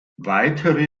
weitere